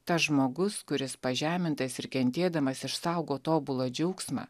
tas žmogus kuris pažemintas ir kentėdamas išsaugo tobulą džiaugsmą